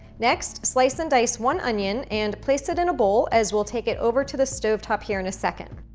next, slice and dice one onion and place it in a bowl as we'll take it over to the stove top here in a second.